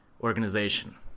organization